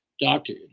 doctor